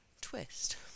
twist